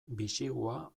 bisigua